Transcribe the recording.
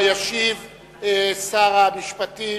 ישיב שר המשפטים,